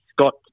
Scott